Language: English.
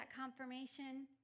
confirmation